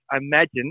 Imagine